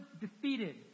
defeated